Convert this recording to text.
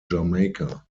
jamaica